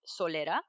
Solera